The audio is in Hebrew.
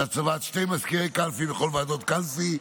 הצבת שני מזכירי קלפי בכל ועדת קלפי,